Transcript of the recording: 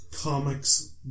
comics